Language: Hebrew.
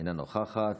אינה נוכחת.